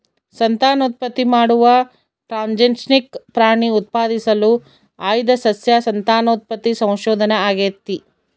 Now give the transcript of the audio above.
ಸಂತಾನೋತ್ಪತ್ತಿ ಮಾಡುವ ಟ್ರಾನ್ಸ್ಜೆನಿಕ್ ಪ್ರಾಣಿ ಉತ್ಪಾದಿಸಲು ಆಯ್ದ ಸಸ್ಯ ಸಂತಾನೋತ್ಪತ್ತಿ ಸಂಶೋಧನೆ ಆಗೇತಿ